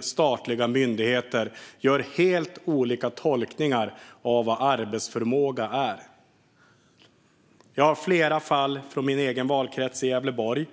statliga myndigheter gör helt olika tolkningar av vad arbetsförmåga är. Jag har flera fall från min egen valkrets i Gävleborg.